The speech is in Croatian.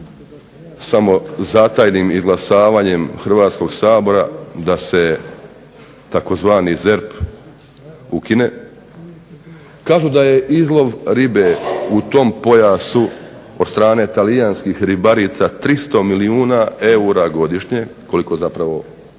samozatajnim izglasavanjem Hrvatskog sabora da se tzv. ZERP ukine. Kažu da je izlov ribe u tom pojasu od strane talijanskih ribarica 300 milijuna eura godišnje koliko zapravo Hrvatska